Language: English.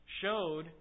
showed